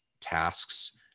tasks